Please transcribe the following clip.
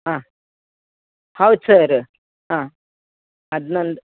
ಹಾಂ ಹೌದು ಸರ್ ಅದು ಹಾಂ ಅದು ನಂದು